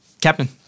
Captain